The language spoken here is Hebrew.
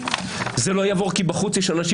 זה לא יעבור כי בחוץ יש אנשים.